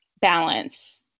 balance